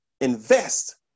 invest